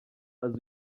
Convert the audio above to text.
also